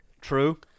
True